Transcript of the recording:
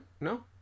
No